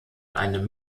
eine